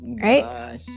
Right